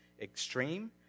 extreme